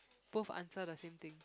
both answer the same thing